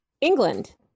England